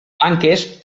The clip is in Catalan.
blanques